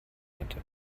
hatte